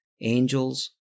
angels